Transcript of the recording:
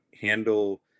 handle